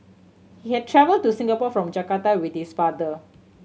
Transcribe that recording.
he had travel to Singapore from Jakarta with his father